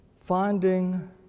Finding